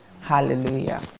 Hallelujah